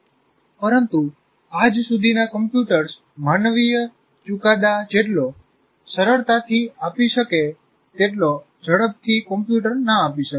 પરંતુ આજ સુધીના કમ્પ્યુટર્સ માનવીય ચુકાદા જેટલો સરળતાથી આપી શકે તેટલો જડપ થી કમ્યુટર ના આપી શકે